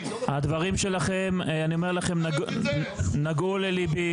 הדברים שלכם, אני אומר לכם, נגעו לליבי.